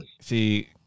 See